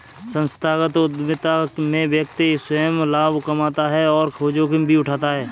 संस्थागत उधमिता में व्यक्ति स्वंय लाभ कमाता है और जोखिम भी उठाता है